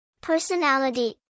Personality